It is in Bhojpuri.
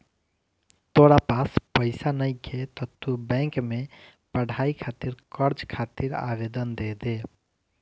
तोरा पास पइसा नइखे त तू बैंक में पढ़ाई खातिर कर्ज खातिर आवेदन दे दे